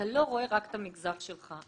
אתה לא רואה רק את המגזר שלך.